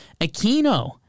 Aquino